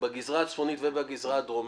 בגזרה הצפונית ובגזרה הדרומית,